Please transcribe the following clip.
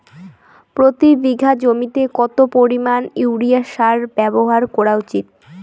প্রতি বিঘা জমিতে কত পরিমাণ ইউরিয়া সার ব্যবহার করা উচিৎ?